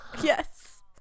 Yes